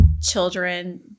children